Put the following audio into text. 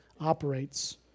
operates